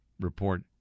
report